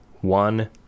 one